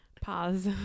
Pause